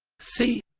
c